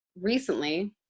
recently